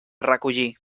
recollir